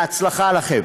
בהצלחה לכם.